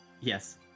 Yes